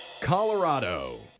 Colorado